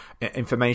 information